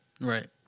Right